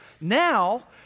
Now